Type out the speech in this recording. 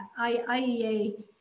IIEA